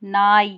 நாய்